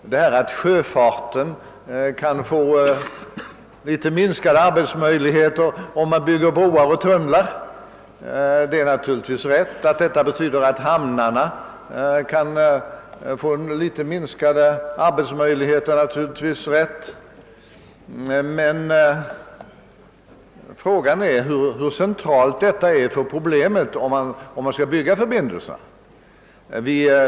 Sjöfarten kan givetvis få minskade arbetsmöjligheter om vi bygger broar och tunnlar. Detta betyder också att hamnar na kan få något färre arbetsuppgifter. Men frågan är hur centrala dessa problem är när det gäller att bedöma huruvida man skall bygga förbindelserna.